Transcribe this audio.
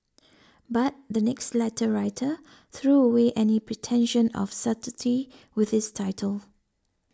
but the next letter writer threw away any pretension of subtlety with this title